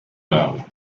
loud